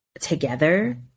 together